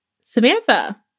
Samantha